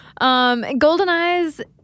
GoldenEyes